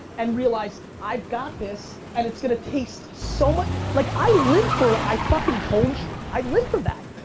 and realize, i got this. and it's gonna taste so much, like i live for i fuckin' told you. i live for that.